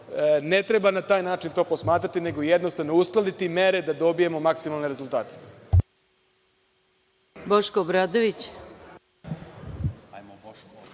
ne treba na taj način to posmatrati nego jednostavno uskladiti mere da dobijemo maksimalne rezultate.